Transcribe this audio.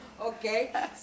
Okay